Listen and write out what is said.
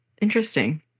Interesting